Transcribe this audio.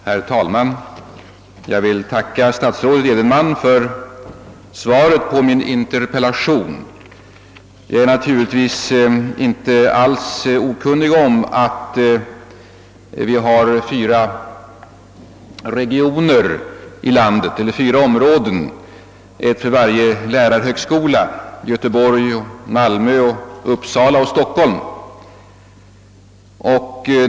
Herr talman! Jag vill tacka statsrådet Edenman för svaret på min interpellation. Naturligtvis är jag inte alls okunnig om att vi har fyra regioner i landet, en för varje lärarhögskola — Göteborg, Malmö, Uppsala och Stockholm.